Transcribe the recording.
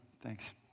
Thanks